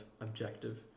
objective